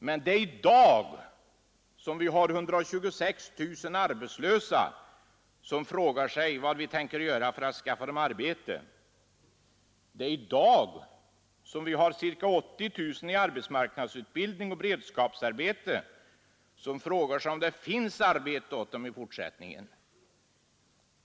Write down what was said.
Men det är i dag vi har 126 000 arbetslösa som frågar sig vad vi tänker göra för att skaffa dem arbete. Det är i dag vi har ca 80 000 personer i arbetsmarknadsutbildning och beredskapsarbete, vilka frågar sig om det finns arbete åt dem i fortsättningen.